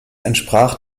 entsprach